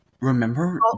Remember